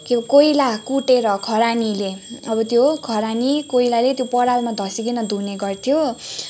क्याउ कोइला कुटेर खरानीले अब त्यो खरानी कोइलाले त्यो परालमा धसिकन धुने गर्थ्यो